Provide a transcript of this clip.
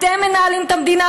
אתם מנהלים את המדינה,